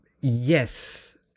yes